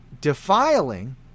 defiling